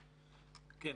בבקשה.